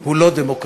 הוא לא דמוקרטי.